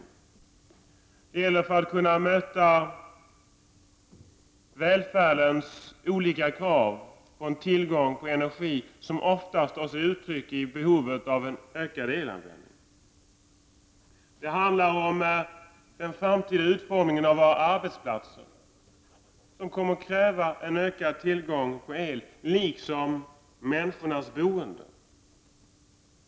Det gäller att kunna möta välfärdens olika krav på en tillgång till energi som oftast tar sig uttryck i behovet av en ökad elanvändning. Det handlar om den framtida utformningen av våra arbetsplatser som kommer att kräva en ökad tillgång på el liksom det handlar om människornas boende.